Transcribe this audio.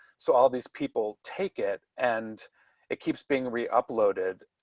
so all these people take it and it keeps being re uploaded